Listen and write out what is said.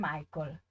Michael